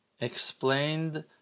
explained